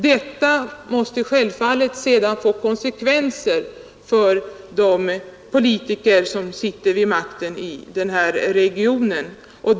Detta måste sedan självfallet få konsekvenser för de politiker som sitter vid makten i denna region.